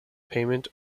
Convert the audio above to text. payment